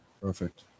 perfect